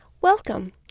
welcome